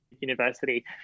university